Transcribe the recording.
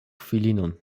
filinon